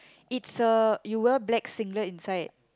it's a you well black singlet inside